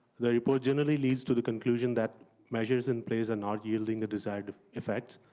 the report generally leads to the conclusion that measures in place are not yielding a desired effect.